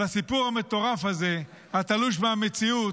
על הסיפור המטורף הזה, התלוש מהמציאות,